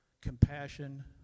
compassion